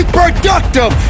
productive